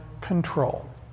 control